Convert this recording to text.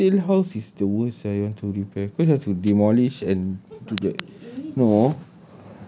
resale house is the worst sia you want to repair cause you have to demolish and do back no